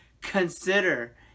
Consider